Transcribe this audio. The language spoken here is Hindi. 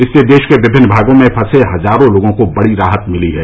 इससे देश के विभिन्न भागों में फंसे हजारों लोगों को बड़ी राहत मिली है